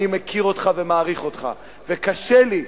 אני מכיר אותך ומעריך אותך וקשה לי,